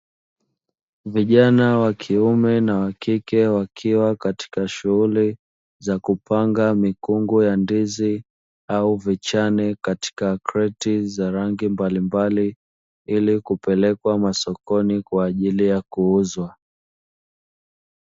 Vijana wa kiume na wa kike wakiwa katika shughuli za kupanga mikungu ya ndizi, au vichane katika kreti za rangi mbalimbali, ili kupelekwa masokoni kwa ajili ya kuuzwa.